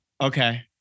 Okay